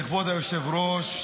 כבוד היושב-ראש,